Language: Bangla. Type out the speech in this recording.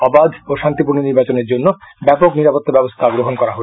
অবাধ ও শান্তিপূর্ণ নির্বাচনের জন্য ব্যাপক নিরাপত্তা ব্যবস্থা গ্রহণ করা হয়েছে